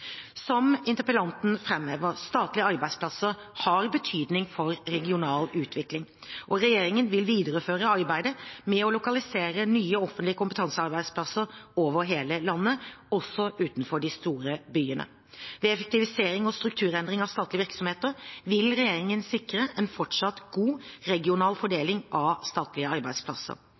Som interpellanten framhever, har statlige arbeidsplasser betydning for regional utvikling. Regjeringen vil videreføre arbeidet med å lokalisere nye, offentlige kompetansearbeidsplasser over hele landet, også utenfor de store byene. Ved effektivisering og strukturendringer av statlige virksomheter vil regjeringen sikre en fortsatt god regional fordeling av statlige arbeidsplasser.